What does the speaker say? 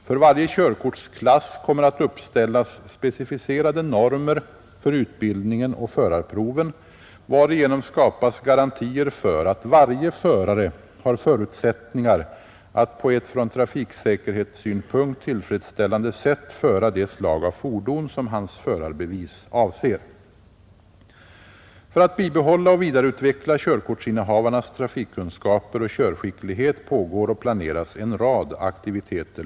För varje körkortsklass kommer att uppställas specificerade normer för utbildningen och förarproven, varigenom skapas garantier för att varje förare har förutsättningar att på ett från trafiksäkerhetssynpunkt tillfredsställande sätt föra det slag av fordon som hans förarbevis avser. För att bibehålla och vidareutveckla körkortsinnehavarnas trafikkunskaper och körskicklighet pågår och planeras en rad aktiviteter.